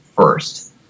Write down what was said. first